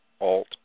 alt